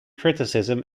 criticism